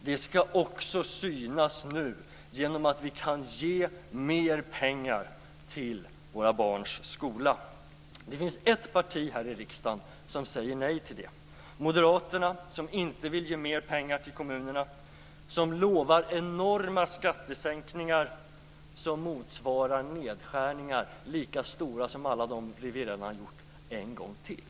Det skall också synas nu, genom att vi kan ge mer pengar till våra barns skola. Det finns ett parti här i riksdagen som säger nej till detta. Moderaterna vill inte ge mer pengar till kommunerna. De lovar enorma skattesänkningar som motsvarar nedskärningar lika stora som dem som vi redan har gjort en gång till.